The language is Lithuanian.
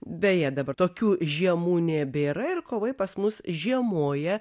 beje dabar tokių žiemų nebėra ir kovai pas mus žiemoja